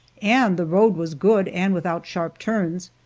and the road was good and without sharp turns,